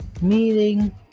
Meeting